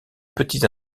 petits